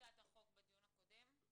בטיוטת החוק בדיון הקודם.